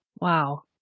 Wow